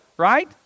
Right